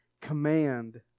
command